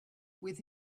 with